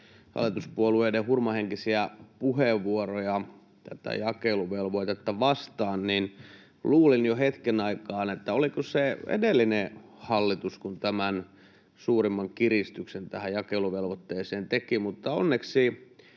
hallituspuolueiden hurmahenkisiä puheenvuoroja tätä jakeluvelvoitetta vastaan, niin luulin jo hetken aikaa, että oliko se edellinen hallitus, joka tämän suurimman kiristyksen tähän jakeluvelvoitteeseen teki, mutta onneksi